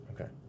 Okay